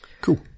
Cool